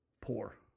poor